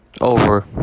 over